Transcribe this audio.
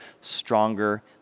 stronger